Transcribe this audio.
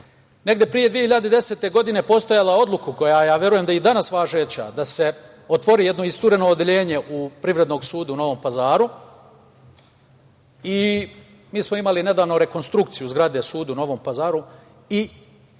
pre 2010. godine, postojala je odluka koja je, ja verujem, i danas važeća, da se otvori jedno istureno odeljenje u Privrednom sudu u Novom Pazaru. Mi smo imali nedavno rekonstrukciju zgrade suda u Novom Pazaru i njome